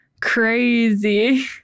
crazy